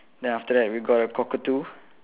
then after that we got a cockatoo